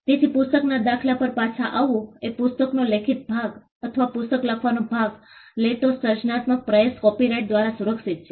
તેથી પુસ્તકના દાખલા પર પાછા આવવું એ પુસ્તકનો લેખિત ભાગ અથવા પુસ્તક લખવાનો ભાગ લેતો સર્જનાત્મક પ્રયાસ કોપીરાઇટ દ્વારા સુરક્ષિત છે